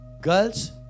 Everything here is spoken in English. Girls